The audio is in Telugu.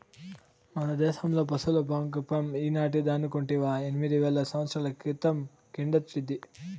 మన దేశంలో పశుల పెంపకం ఈనాటిదనుకుంటివా ఎనిమిది వేల సంవత్సరాల క్రితం కిందటిది